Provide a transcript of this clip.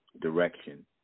direction